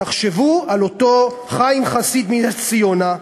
תחשבו על אותו חיים חסיד מנס-ציונה,